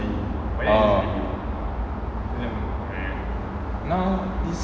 now this